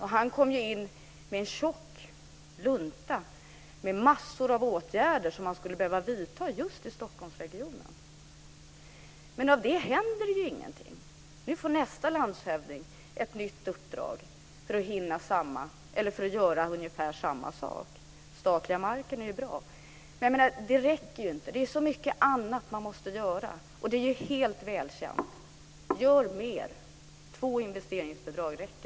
Han fick ihop en tjock lunta med massor av åtgärder som skulle behöva vidtas just i Stockholmsregionen. Men det har inte hänt någonting. Nu får nästa landshövding ett nytt uppdrag för att göra ungefär samma sak. Det är bra med den statliga marken, men det räcker inte. Det är så mycket annat som måste göras. Gör mer! Två olika investeringsbidrag räcker inte.